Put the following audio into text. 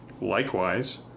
Likewise